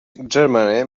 germany